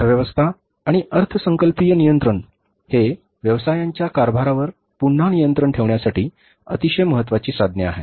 अर्थव्यवस्था आणि अर्थसंकल्पीय नियंत्रण हे व्यवसायांच्या कारभारावर पुन्हा नियंत्रण ठेवण्यासाठी अतिशय महत्त्वाची साधने आहेत